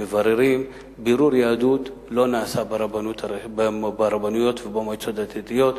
מבררים בירור יהדות לא נעשה ברבנויות ובמועצות הדתיות,